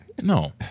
no